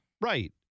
Right